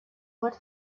what